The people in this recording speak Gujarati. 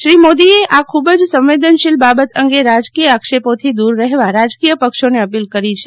શ્રી મોદીએ આ ખૂબ જ સંવેદનશીલ બાબત અંગે રાજકીય આક્ષેપોથી દૂર રહેવા રાજકીય પક્ષોને અપીલ કરી છે